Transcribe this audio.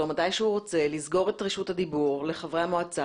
מתי שהוא רוצה לסגור את רשות הדיבור לחברי המועצה